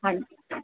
हा